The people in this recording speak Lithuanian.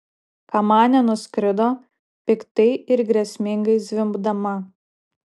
kamanė nuskrido piktai ir grėsmingai zvimbdama